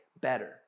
better